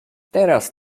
teraz